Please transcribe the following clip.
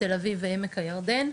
תל-אביב ועמק הירדן,